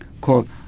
called